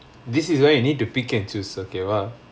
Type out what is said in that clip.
this is why you need to pick and choose ok வா:vaa